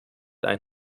ein